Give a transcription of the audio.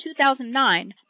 2009